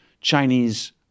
Chinese